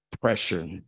pressure